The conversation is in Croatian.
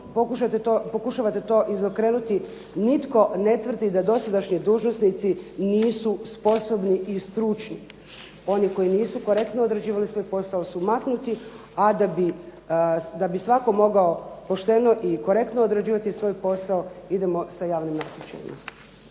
pokušavate to izokrenuti, nitko ne tvrdi da dosadašnji dužnosnici nisu sposobni i stručni. Oni koji nisu korektno odrađivali svoj posao su maknuti, a da bi svatko mogao pošteno i korektno odrađivati svoj posao idemo sa javnim natječajima.